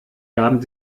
gaben